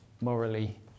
morally